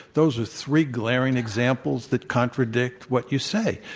those are three glaring examples that contradict what you say.